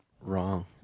wrong